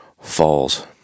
falls